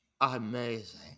amazing